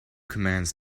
commands